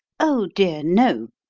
oh, dear, no,